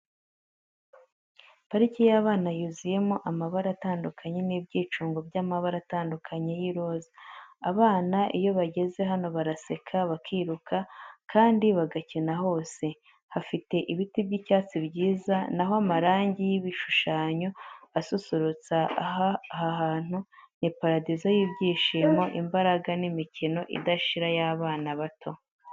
Parike y’abana yuzuyemo amabara atandukanye n'ibyicungo by'amabara atandukanye y'iroza. Abana iyo bageze hano baraseka, bakiruka, kandi bagakina hose. Hafite ibiti by'icyatsi byiza, na ho amarangi y’ibishushanyo asusurutsa aha hantu. Ni paradizo y’ibyishimo, imbaraga, n’imikino idashira y'abana bato.